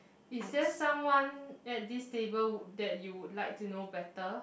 is there someone at this table would that you would like to know better